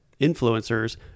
influencers